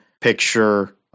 picture